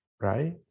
right